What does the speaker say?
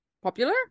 Popular